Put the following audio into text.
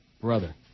brother